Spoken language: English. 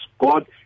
God